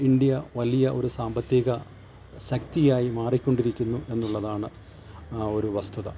India വലിയ ഒരു സാമ്പത്തിക ശക്തിയായി മാറിക്കൊണ്ടിരിക്കുന്നു എന്നുള്ളതാണ് ആ ഒരു വസ്തുത